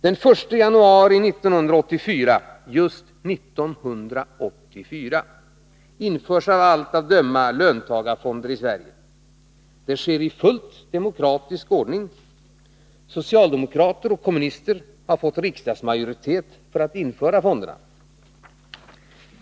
Den 1 januari 1984 — just 1984! — införs av allt att döma löntagarfonder i Sverige. Det sker i fullt demokratisk ordning. Socialdemokrater och kommunister har fått riksdagsmajoritet för att införa fonderna.